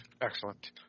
Excellent